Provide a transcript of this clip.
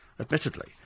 admittedly